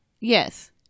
Yes